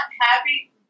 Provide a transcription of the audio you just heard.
happy